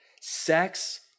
sex